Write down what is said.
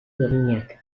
dominak